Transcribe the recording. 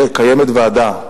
את הוועדה,